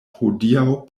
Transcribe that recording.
hodiaŭ